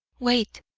wait!